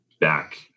back